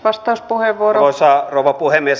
arvoisa rouva puhemies